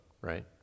Right